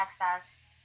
Access